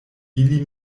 ili